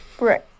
right